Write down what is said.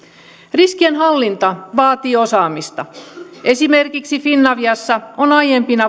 riskienhallinta vaatii osaamista esimerkiksi finaviassa on aiempina